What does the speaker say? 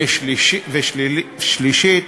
ושלישית.